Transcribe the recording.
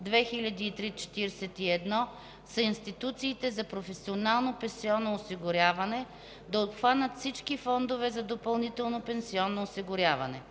2003/41 са институциите за професионално пенсионно осигуряване, да обхванат всички фондове за допълнително пенсионно осигуряване.